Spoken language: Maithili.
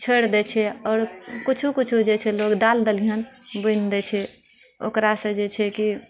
छोड़ि दैत छै आओर किछु किछु जे छै लोग दालि दलहन बुनि दैत छै ओकरासँ जे छै कि